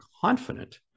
confident